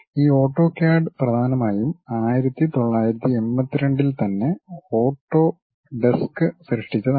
ഈ ഓട്ടോക്യാഡ് പ്രധാനമായും 1982 ൽ തന്നെ ഓട്ടോഡെസ്ക് സൃഷ്ടിച്ചതാണ്